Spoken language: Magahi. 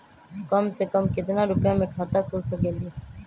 कम से कम केतना रुपया में खाता खुल सकेली?